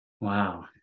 Wow